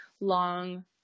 long